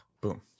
boom